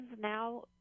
now